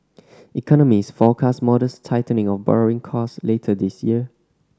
economists forecast modest tightening of borrowing cost later this year